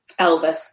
Elvis